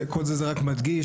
כל זה רק מדגיש,